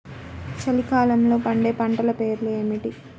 చలికాలంలో పండే పంటల పేర్లు ఏమిటీ?